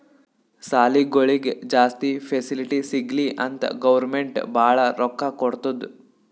ಸಾಲಿಗೊಳಿಗ್ ಜಾಸ್ತಿ ಫೆಸಿಲಿಟಿ ಸಿಗ್ಲಿ ಅಂತ್ ಗೌರ್ಮೆಂಟ್ ಭಾಳ ರೊಕ್ಕಾ ಕೊಡ್ತುದ್